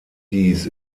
dies